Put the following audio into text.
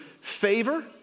favor